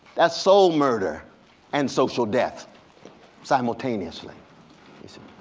that's soul murder and social death simultaneously you see.